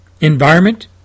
environment